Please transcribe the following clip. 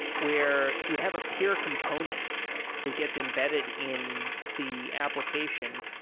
where you have a peer component that gets embedded in the application,